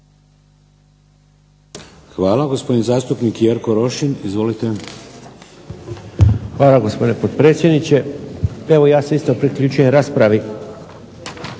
Hvala. Gospodin zastupnik Jerko Rošin, izvolite. **Rošin, Jerko (HDZ)** Hvala, gospodine potpredsjedniče. Evo ja se isto priključujem raspravi na